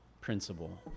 principle